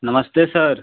नमस्ते सर